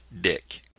dick